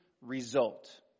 result